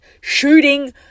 shooting